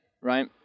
right